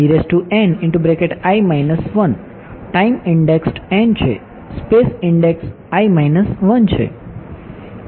time index છે space index છે